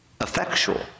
Effectual